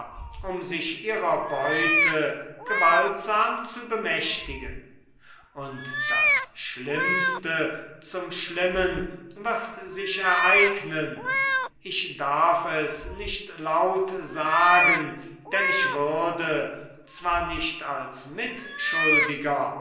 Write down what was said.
um sich ihrer beute gewaltsam zu bemächtigen und das schlimmste zum schlimmen wird sich ereignen ich darf es nicht laut sagen denn ich würde zwar nicht als mitschuldiger